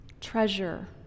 Treasure